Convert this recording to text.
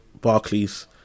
Barclays